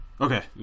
Okay